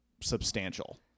substantial